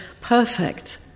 perfect